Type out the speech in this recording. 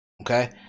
Okay